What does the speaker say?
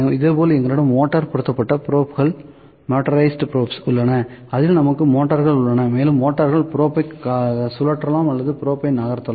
இதேபோல் எங்களிடம் மோட்டார் பொருத்தப்பட்ட ப்ரோப்கள் உள்ளன அதில் நமக்கு மோட்டார்கள் உள்ளன மேலும் மோட்டார்கள் ப்ரோப்பை சுழற்றலாம் அல்லது ப்ரோப்பை நகர்த்தலாம்